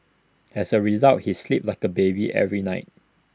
as A result he sleeps like A baby every night